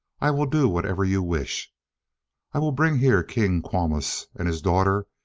i will do whatever you wish i will bring here king qulmus and his daughter,